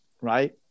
right